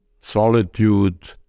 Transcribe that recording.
solitude